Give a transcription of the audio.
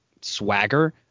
swagger